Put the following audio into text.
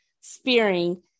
spearing